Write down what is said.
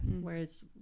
Whereas